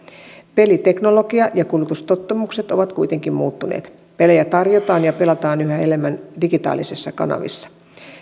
peliteknologia ja kulutustottumukset ovat kuitenkin muuttuneet pelejä tarjotaan ja pelataan yhä enemmän digitaalisissa kanavissa